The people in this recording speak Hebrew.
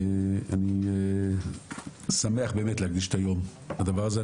אני שמח באמת להקדיש את היום הדבר הזה.